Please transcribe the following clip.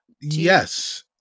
yes